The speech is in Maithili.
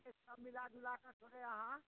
ई सब मिलाजुला कऽ थोड़े अहाँ